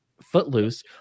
footloose